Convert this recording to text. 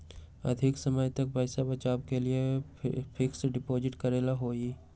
अधिक समय तक पईसा बचाव के लिए फिक्स डिपॉजिट करेला होयई?